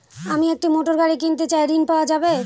আমি একটি মোটরগাড়ি কিনতে চাই ঝণ পাওয়া যাবে?